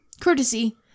Courtesy